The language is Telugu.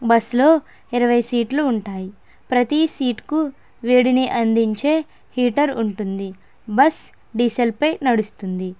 బస్లో ఇరవై సీట్లు ఉంటాయి ప్రతి సీటుకు వేడిని అందించే హీటర్ ఉంటుంది బస్ డీజల్పై నడుస్తుంది